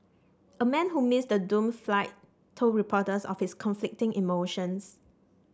a man who missed the doomed flight told reporters of his conflicting emotions